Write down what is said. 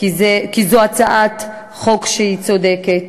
כי זו הצעת חוק צודקת.